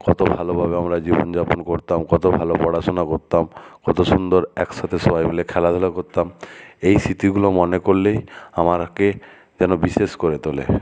কতো ভালোভাবে আমরা জীবন যাপন করতাম কতো ভালো পড়াশুনা করতাম কতো সুন্দর একসাথে সবাই মিলে খেলাধুলা করতাম এই স্মৃতিগুলো মনে করলেই আমারকে যেন বিশেষ করে তোলে